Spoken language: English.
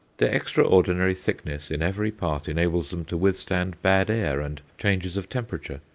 their extraordinary thickness in every part enables them to withstand bad air and changes of temperature,